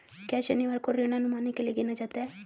क्या शनिवार को ऋण अनुमानों के लिए गिना जाता है?